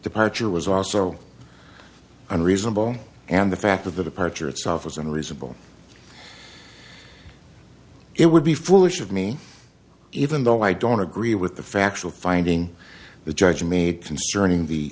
departure was also unreasonable and the fact of the departure itself is unreasonable it would be foolish of me even though i don't agree with the factual finding the judge made concerning the